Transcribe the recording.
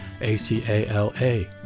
A-C-A-L-A